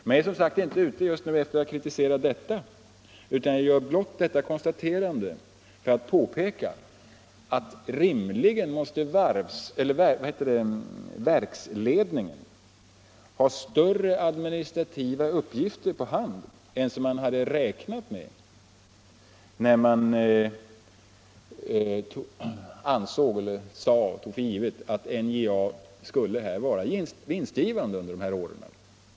Jag är som sagt inte ute efter att kritisera detta, utan jag gör konstaterandet bara för att påpeka att verksledningen rimligen måste ha större administrativa uppgifter på hand än man räknade med när man tog för givet att NJA skulle vara vinstgivande under de här åren.